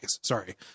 sorry